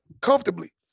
comfortably